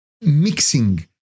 mixing